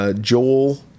Joel